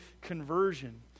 conversion